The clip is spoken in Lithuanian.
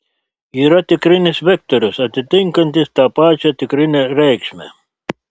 yra tikrinis vektorius atitinkantis tą pačią tikrinę reikšmę